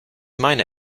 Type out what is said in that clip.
meine